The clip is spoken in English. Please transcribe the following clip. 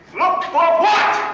looked for what?